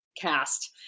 cast